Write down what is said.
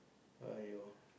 !aiyo!